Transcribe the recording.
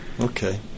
Okay